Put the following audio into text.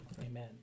Amen